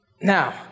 Now